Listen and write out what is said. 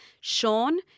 Sean